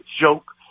joke